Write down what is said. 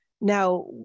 Now